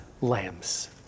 lambs